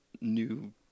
new